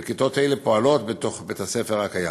וכיתות אלו פועלות בבית-הספר הקיים.